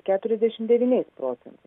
keturiasdešimt devyniais procentais